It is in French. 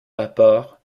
apports